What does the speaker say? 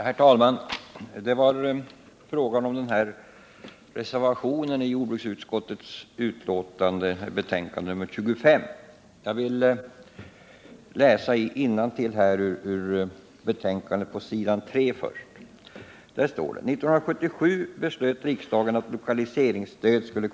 Herr talman! Det var fråga om reservationen vid jordbruksutskottets betänkande nr 25. Jag vill här först läsa innantill ur betänkandet.